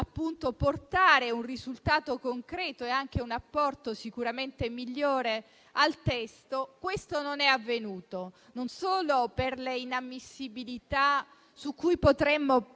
portare un risultato concreto e anche un apporto sicuramente migliore al testo, questo non è avvenuto non solo per le inammissibilità su cui potremmo